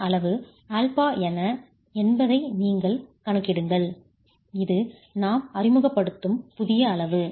இந்த அளவு ஆல்பா என்ன என்பதைக் கணக்கிடுங்கள் இது நாம்அறிமுகப்படுத்தும் புதிய அளவு